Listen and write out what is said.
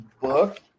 book